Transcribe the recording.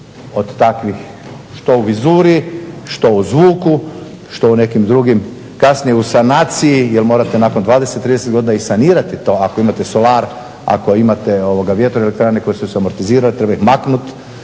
od takvih što u vizuri, što u zvuku, što u nekim drugim, kasnije u sanaciji jer morate nakon 20, 30 godina i sanirati to ako imate solar, ako imate vjetroelektrane koje će se amortizirat, treba ih maknut.